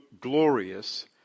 glorious